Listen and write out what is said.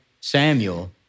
Samuel